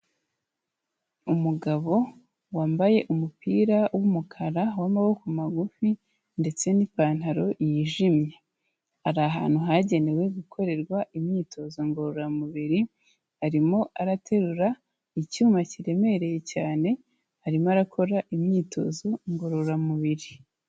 Umugabo wambaye umupira w'umukara wamaboko magufi ndetse n'ipantaro yijimye. Ari ahantu hagenewe gukorerwa imyitozo ngororamubiri, arimo araterura icyuma kiremereye cyane arimo arakora imyitozo ngororamubiri.